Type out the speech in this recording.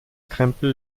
krempel